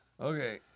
Okay